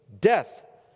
Death